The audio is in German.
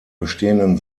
bestehenden